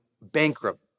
bankrupt